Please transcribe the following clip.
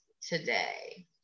today